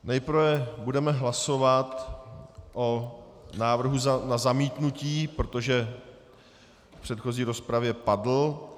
Nejprve budeme hlasovat o návrhu na zamítnutí, protože v předchozí rozpravě padl.